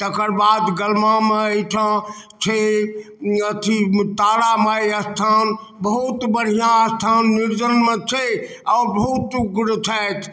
तकर बाद गलमामे एहिठाम छै अथी तारा माइ अस्थान बहुत बढ़िआँ अस्थान निर्जनमे छै अद्भुत उग्र छथि